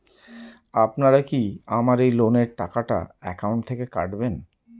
আপনারা কি আমার এই লোনের টাকাটা একাউন্ট থেকে কাটবেন?